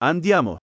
Andiamo